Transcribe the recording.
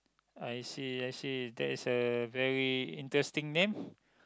I see I see that is a very interesting name